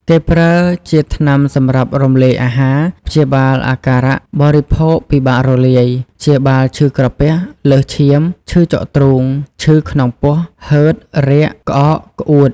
គេប្រើជាថ្នាំសម្រាប់រំលាយអាហារ ព្យាបាលអាការៈបរិភោគពិបាករលាយ ព្យាបាលឈឺក្រពះ លើសឈាម ឈឺចុកទ្រូង ឈឺក្នុងពោះ ហឺត រាគ ក្អក ក្អួត